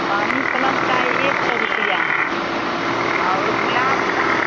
पानी प्लंट का एक सौ रुपये है और गुलाब का